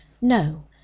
No